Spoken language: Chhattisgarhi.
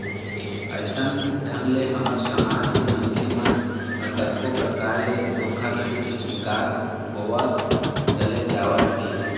अइसन ढंग ले हमर समाज के मनखे मन ह कतको परकार ले धोखाघड़ी के शिकार होवत चले जावत हे